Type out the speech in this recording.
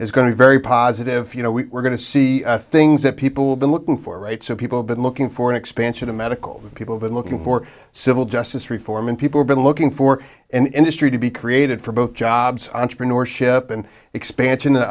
to be very positive you know we're going to see things that people have been looking for right so people have been looking for an expansion of medical people been looking for civil justice reform and people been looking for an industry to be created for both jobs entrepreneurship and expansion